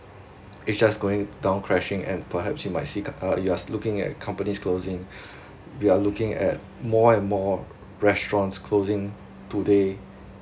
it just going down crashing and perhaps you might see co~ uh you are looking at companies closing we are looking at more and more restaurants closing today